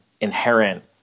inherent